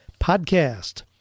podcast